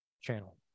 channel